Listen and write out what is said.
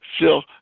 Phil